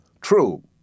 True